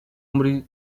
muri